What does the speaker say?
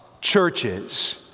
churches